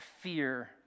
fear